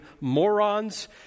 morons